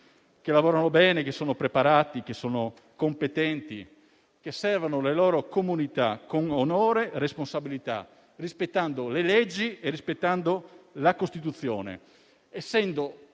che lavorano bene, sono preparati e competenti e servono le loro comunità con onore e responsabilità, rispettando le leggi e la Costituzione